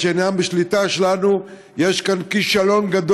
חלק מהח"כים,